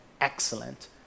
excellent